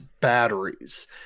batteries